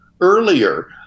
earlier